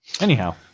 anyhow